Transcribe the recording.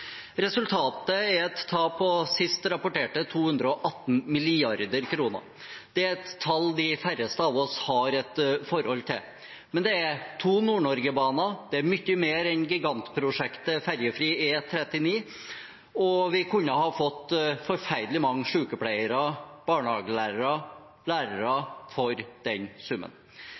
Resultatet er et tap på – sist rapportert – 218 mrd. kr. Det er et tall de færreste av oss har et forhold til. Men det er to Nord-Norge-baner, det er mye mer enn gigantprosjektet ferjefri E39, og vi kunne ha fått forferdelig mange sykepleiere, barnehagelærere og lærere for den summen.